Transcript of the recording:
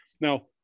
Now